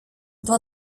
два